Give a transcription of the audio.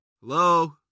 Hello